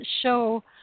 show